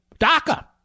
DACA